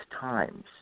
times